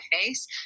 face